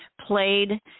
played